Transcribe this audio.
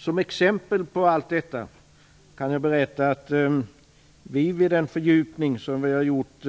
Som exempel på allt detta kan jag berätta att vi, vid en fördjupning som vi har gjort